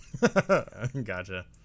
Gotcha